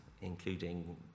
including